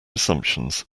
assumptions